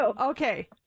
Okay